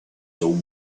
till